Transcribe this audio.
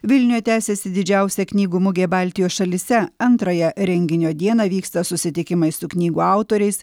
vilniuje tęsiasi didžiausia knygų mugė baltijos šalyse antrąją renginio dieną vyksta susitikimai su knygų autoriais